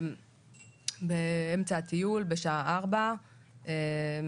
באמצע הטיול בשעה 16:00,